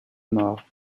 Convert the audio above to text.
mort